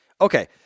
Okay